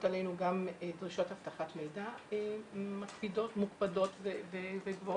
עלינו גם דרישות אבטחת מידע מוקפדות וגבוהות.